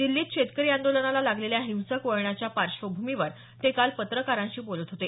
दिल्लीत शेतकरी आंदोलनाला लागलेल्या हिंसक वळणाच्या पार्श्वभूमीवर ते काल पत्रकारांशी बोलत होते